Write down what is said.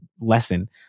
lesson